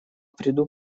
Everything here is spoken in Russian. приду